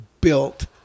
built